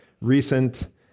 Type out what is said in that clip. recent